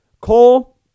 Cole